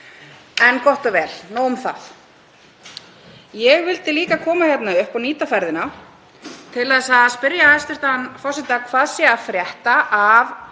En gott og vel. Nóg um það. Ég vildi líka koma hérna upp og nýta ferðina til að spyrja hæstv. forseta hvað væri að frétta af